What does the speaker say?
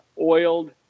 oiled